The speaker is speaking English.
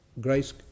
Grace